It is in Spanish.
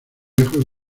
lejos